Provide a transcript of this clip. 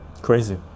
crazy